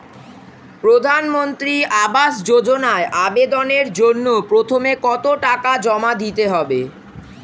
প্রধানমন্ত্রী আবাস যোজনায় আবেদনের জন্য প্রথমে কত টাকা জমা দিতে হবে?